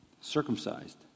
circumcised